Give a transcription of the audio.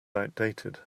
outdated